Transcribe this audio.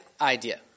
idea